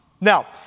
Now